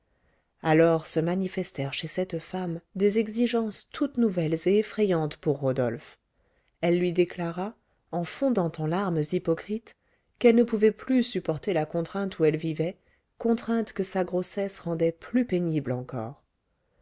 alors se manifestèrent chez cette femme des exigences toutes nouvelles et effrayantes pour rodolphe elle lui déclara en fondant en larmes hypocrites qu'elle ne pouvait plus supporter la contrainte où elle vivait contrainte que sa grossesse rendait plus pénible encore